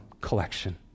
collection